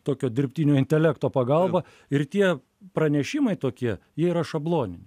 tokio dirbtinio intelekto pagalba ir tie pranešimai tokie jie yra šabloniniai